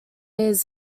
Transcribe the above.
his